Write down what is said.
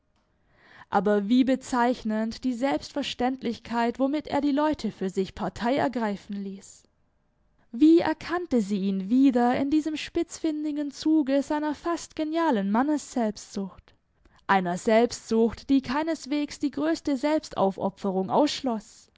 aber wie bezeichnend die selbstverständlichkeit womit er die leute für sich partei ergreifen ließ wie erkannte sie ihn wieder in diesem spitzfindigen zuge seiner fast genialen mannesselbstsucht einer selbstsucht die keineswegs die größte selbstaufopferung